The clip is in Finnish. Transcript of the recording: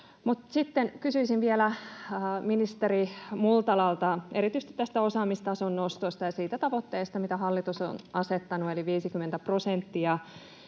käyttöön. Kysyisin vielä ministeri Multalalta erityisesti tästä osaamistason nostosta ja siitä tavoitteesta — eli 50 prosenttia